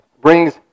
brings